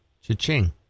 Cha-ching